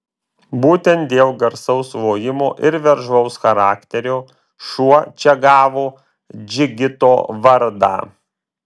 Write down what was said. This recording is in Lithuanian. būtent dėl garsaus lojimo ir veržlaus charakterio šuo čia gavo džigito vardą